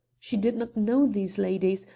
she did not know these ladies,